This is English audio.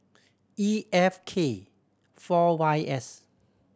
E F K four Y S